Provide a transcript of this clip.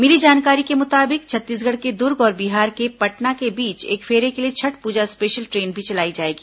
मिली जानकारी के मुताबिक छत्तीसगढ़ के दुर्ग और बिहार के पटना के बीच एक फेरे के लिए छठ पूजा स्पेशल ट्रेन भी चलाई जाएगी